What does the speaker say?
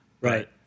Right